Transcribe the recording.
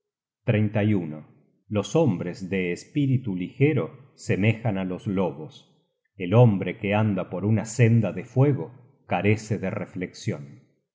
es ser inocente los hombres de espíritu ligero semejan á los lobos el hombre que anda por una senda de fuego carece de reflexion